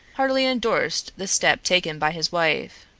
heartily endorsed the step taken by his wife.